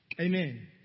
Amen